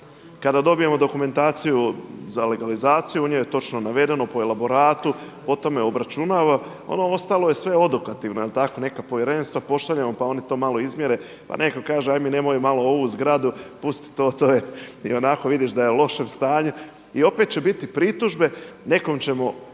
kada dobijemo dokumentaciju za legalizaciju u njoj je točno navedeno po elaboratu, po tome obračunava a ono ostalo je sve odokativno, neka povjerenstva pošaljemo pa oni to malo izmjere pa netko kaže aj mi nemoj malo ovu zgradu, pusti to, to je ionako vidiš u lošem stanju i opet će biti pritužbe. Nekome ćemo,